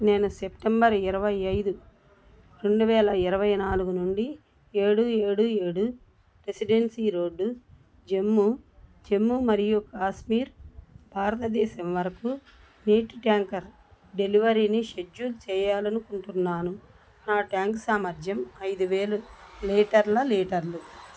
నేను సెప్టెంబర్ ఇరవై ఐదు రెండువేల ఇరవై నాలుగు నుండి ఏడు ఏడు ఏడు రెసిడెన్సీ రోడ్డు జమ్మూ జమ్మూ మరియు కాశ్మీర్ భారతదేశం వరకు నీటి ట్యాంకర్ డెలివరీని షెడ్యూల్ చేయాలనుకుంటున్నాను నా ట్యాంక్ సామర్థ్యం ఐదు వేల లీటర్ల లీటర్లు